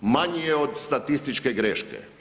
Manji je od statističke greške.